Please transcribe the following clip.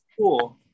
cool